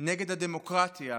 נגד הדמוקרטיה,